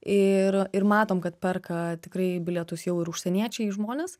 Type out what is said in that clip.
ir ir matom kad perka tikrai bilietus jau ir užsieniečiai žmonės